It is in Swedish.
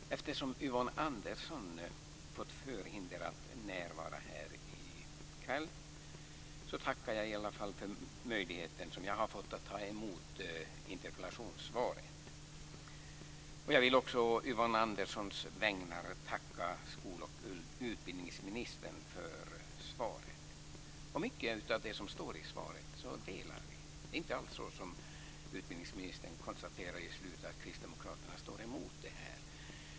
Fru talman! Eftersom Yvonne Andersson fått förhinder att närvara här i kväll tackar jag för den möjlighet som jag har fått att ta emot interpellationssvaret. Jag vill också å Yvonne Anderssons vägnar tacka skol och utbildningsministern för svaret. Mycket av det som står i svaret delar vi. Det är inte alls så, som utbildningsministern säger i slutet, att Kristdemokraterna är emot detta.